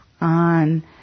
on